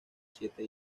siete